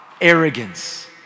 arrogance